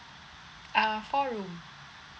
uh four room